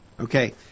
Okay